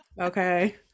Okay